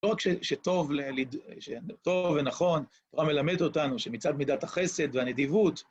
לא רק שטוב ונכון, הוא גם מלמד אותנו שמצד מידת החסד והנדיבות.